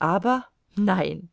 aber nein